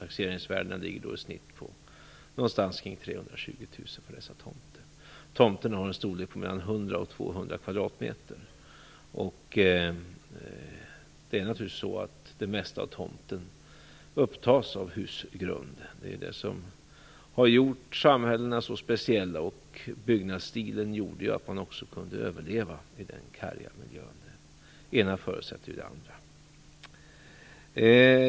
Taxeringsvärdena ligger då någonstans kring 320 000 kronor för dessa tomter. Tomterna har en storlek på 100-200 m2. Det mesta av tomten upptas av husgrunden. Det är detta som har gjort samhällena så speciella. Byggnadsstilen gjorde ju att man också kunde överleva i den karga miljön. Det ena förutsätter ju det andra.